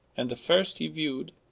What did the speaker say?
and the first he view'd,